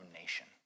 nation